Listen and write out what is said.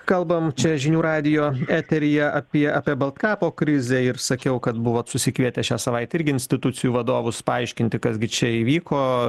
kalbam čia žinių radijo eteryje apie apie baltkepo krizę ir sakiau kad buvot susikvietę šią savaitę irgi institucijų vadovus paaiškinti kas gi čia įvyko